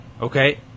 okay